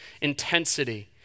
intensity